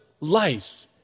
life